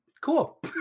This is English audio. cool